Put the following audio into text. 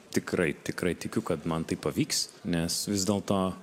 tikrai tikrai tikiu kad man tai pavyks nes vis dėl to